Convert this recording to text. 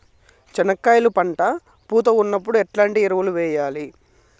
చెనక్కాయలు పంట పూత ఉన్నప్పుడు ఎట్లాంటి ఎరువులు వేయలి?